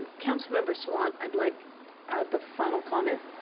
council member sawant, i would like the final comment,